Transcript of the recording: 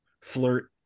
flirt